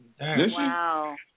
Wow